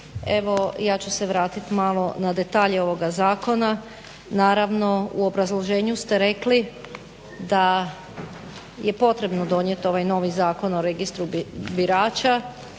Evo ja ću se vratit malo na detalje ovoga zakona. Naravno u obrazloženju ste rekli da je potrebno donijet ovaj novi Zakon o registru birača,